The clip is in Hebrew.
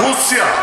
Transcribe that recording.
רוסיה,